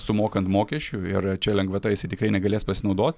sumokant mokesčių ir čia lengvata jisai tikrai negalės pasinaudot